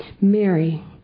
Mary